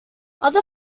other